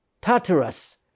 Tartarus